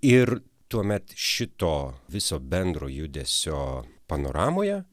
ir tuomet šito viso bendro judesio panoramoje